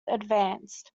advanced